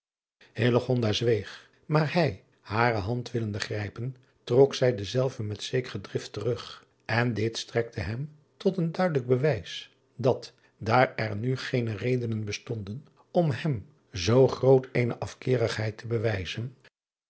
zweeg maar hij hare hand willende grijpen trok zij dezelve met zekere drift terug en dit strekte hem tot een duidelijk bewijs dat daar er nu geene redenen bestonden om hem zoo groot eene afkeerigheid te bewijzen